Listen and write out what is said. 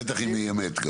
בטח אם היא אמת.